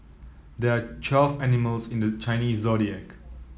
there are twelve animals in the Chinese Zodiac